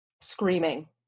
Screaming